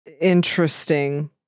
interesting